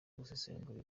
gusesengura